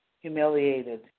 humiliated